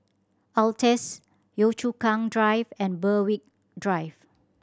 Altez Yio Chu Kang Drive and Berwick Drive